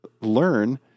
learn